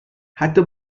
حتی